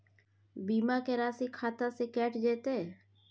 बीमा के राशि खाता से कैट जेतै?